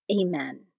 Amen